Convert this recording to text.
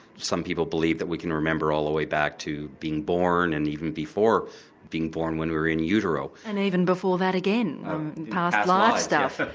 some people believe that we can remember all the way back to being born, and even before being born when we were in utero. and even before that again past life stuff.